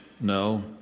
No